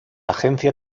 agencia